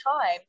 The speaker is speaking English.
time